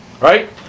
right